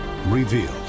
revealed